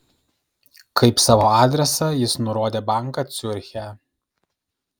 kaip savo adresą jis nurodė banką ciuriche